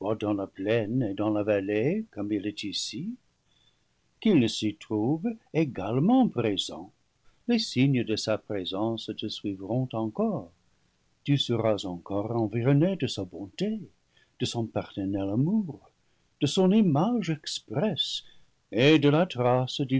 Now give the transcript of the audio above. dans la plaine et dans la vallée comme il est ici qu'il ne s'y trouve également présent les signes de sa présence te suivront encore tu seras encore environné de sa bonté de son paternel amour de son image expresse et de la trace